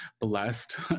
blessed